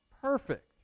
perfect